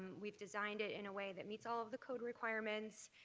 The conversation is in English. we've designed it in a way that meets all the code requirements.